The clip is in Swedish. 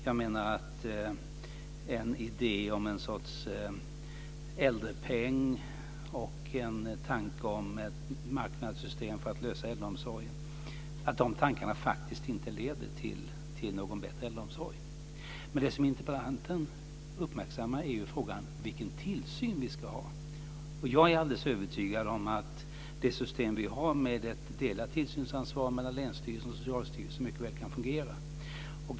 Jag menar att en idé om en sorts äldrepeng och en tanke om ett marknadssystem för att lösa problemen inom äldreomsorgen inte leder till någon bättre äldreomsorg. Det som interpellanten uppmärksammar är ju frågan om vilken tillsyn vi ska ha. Jag är övertygad om att det system vi har, med ett delat tillsynsansvar mellan länsstyrelsen och Socialstyrelsen, mycket väl kan fungera.